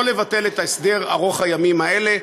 ולא לבטל את ההסדר ארוך הימים הזה.